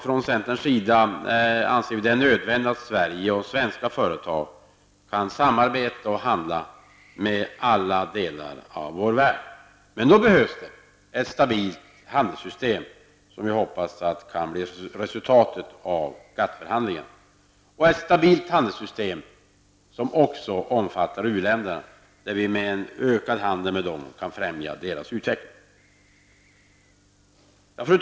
Vi i centern anser att det är nödvändigt att Sverige och svenska företag kan samarbeta och handla med länder i alla delar av världen. Men för det behövs det ett stabilt handelssystem, som jag hoppas blir resultatet av GATT-förhandlingarna -- ett stabilt handelssystem som också omfattar u-länderna och där vi genom en ökad handel med dessa länder kan främja deras utveckling. Fru talman!